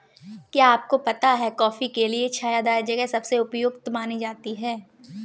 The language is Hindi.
क्या आपको पता है कॉफ़ी के लिए छायादार जगह सबसे उपयुक्त मानी जाती है?